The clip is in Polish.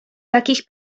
takich